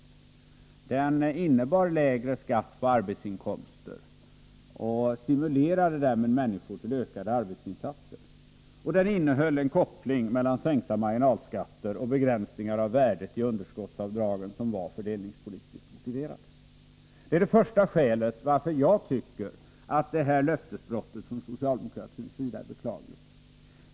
Den innebar lägre skatt på arbetsinkomster och stimulerade därmed människor till ökade arbetsinsatser. Den innehöll en koppling mellan sänkta marginalskatter och begränsningar av värdet i underskottsavdragen, som var fördelningspolitiskt motiverad. Det är det första skälet till att jag tycker att löftesbrottet från socialdemokratins sida är beklagligt.